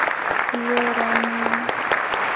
ᱠᱤᱭᱟᱹᱨᱟᱹᱱᱤ